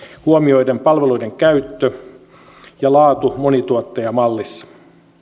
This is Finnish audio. huomioiden palveluiden käyttö ja laatu monituottajamallissa